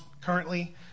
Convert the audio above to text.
currently